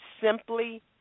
simply